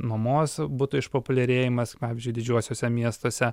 nuomos butų išpopuliarėjimas pavyzdžiui didžiuosiuose miestuose